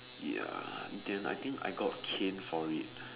ya then I think I got caned for it